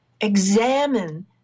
examine